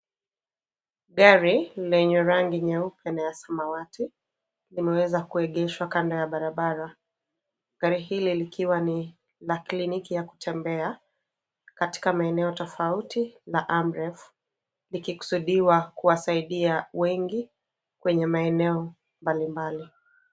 Gari lenye rangi nyeupe na ya samawati limeweza kuegeshwa kando ya barabara. Gari hili likiwa ni la kliniki ya kutembea katika maeneo tofauti la Amref . Likikusudiwa kuwasaidia wengi kwenye maeneo mbali mbali.